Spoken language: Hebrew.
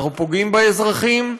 אנחנו פוגעים באזרחים,